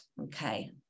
okay